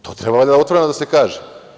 To treba valjda otvoreno da se kaže.